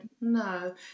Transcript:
no